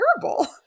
terrible